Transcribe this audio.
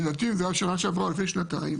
לדעתי זה היה בשנה שעברה או לפני שנתיים.